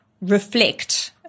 reflect –